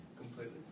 Completely